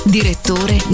Direttore